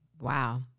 Wow